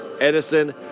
Edison